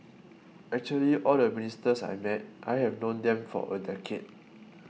actually all the ministers I met I have known them for a decade